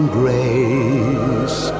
grace